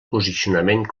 posicionament